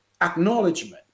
acknowledgement